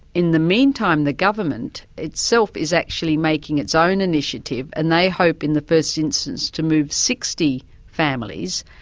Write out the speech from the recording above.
in the meantime the government itself is actually making its own initiative and they hope in the first instance to move sixty families,